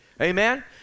Amen